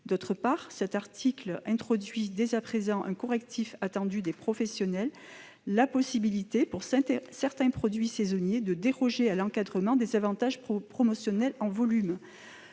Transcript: D'autre part, l'article introduit dès à présent un correctif attendu des professionnels : la possibilité pour certains produits saisonniers de déroger à l'encadrement des avantages promotionnels en volume.